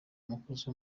umukozi